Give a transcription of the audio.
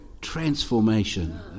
Transformation